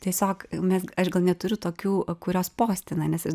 tiesiog mes aš gal neturiu tokių kurios postina nes jos